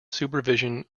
supervision